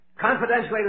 Confidentially